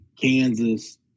Kansas